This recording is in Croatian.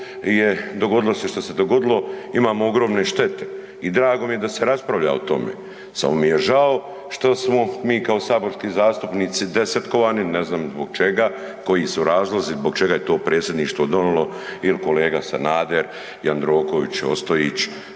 je dogodilo se što se dogodilo, imamo ogromne štete i drago mi je da se raspravlja o tome, samo mi je žao što smo mi kao saborski zastupnici desetkovani, ne znam zbog čega, koji su razlozi, zbog čega je to predsjedništvo donilo, il kolega Sanader, Jandroković, Ostojić,